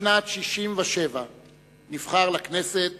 בשנת 1977 נבחר לכנסת